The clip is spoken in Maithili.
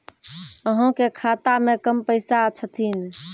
अहाँ के खाता मे कम पैसा छथिन?